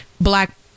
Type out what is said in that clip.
black